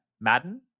madden